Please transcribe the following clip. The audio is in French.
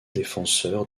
défenseur